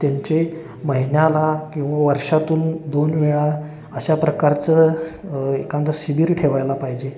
त्यांचे महिन्याला किंवा वर्षातून दोन वेळा अशा प्रकारचं एखादं शिबीर ठेवायला पाहिजे